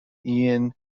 ian